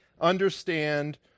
understand